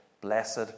Blessed